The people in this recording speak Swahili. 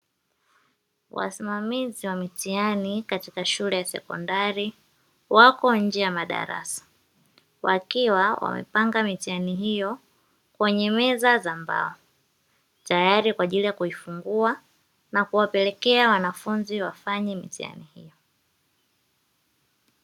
Wasimamizi wa mitihani katika shule ya sekondari wako nje ya madarasa, wakiwa wamepanga mitihani hiyo kwenye meza za mbao tayari kwaajili ya kuifungua na kuwapelekea wanafunzi wafanye mitihani hiyo.